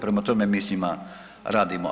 Prema tome, mi s njima radimo.